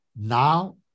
now